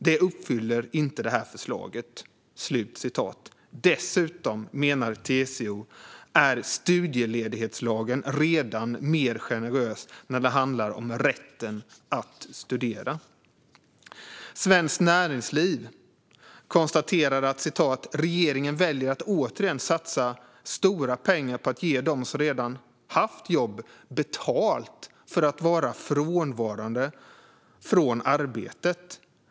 Det uppfyller inte det här förslaget." Dessutom, menar TCO, är studieledighetslagen redan mer generös när det handlar om rätten att studera. Svenskt Näringsliv konstaterar att regeringen väljer att återigen satsa stora pengar på att ge dem som redan haft jobb betalt för att vara frånvarande från arbetet.